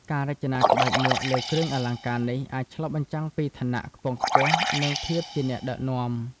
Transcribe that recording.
ការរចនាក្បាច់នាគលើគ្រឿងអលង្ការនេះអាចឆ្លុះបញ្ចាំងពីឋានៈខ្ពង់ខ្ពស់ និងភាពជាអ្នកដឹកនាំ។